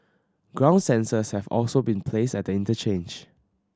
ground sensors have also been placed at the interchange